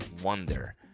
wonder